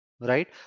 right